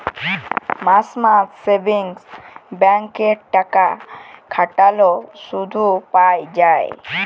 মাস মাস savings bank এ টাকা খাটাল্যে শুধ পাই যায়